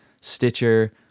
Stitcher